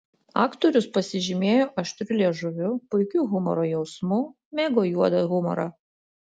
aktorius pasižymėjo aštriu liežuviu puikiu humoro jausmu mėgo juodą humorą